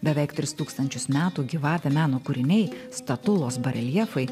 beveik tris tūkstančius metų gyvavę meno kūriniai statulos bareljefai